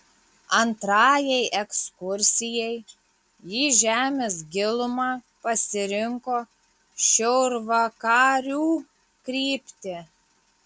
antrajai ekskursijai į žemės gilumą pasirinko šiaurvakarių kryptį